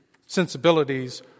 sensibilities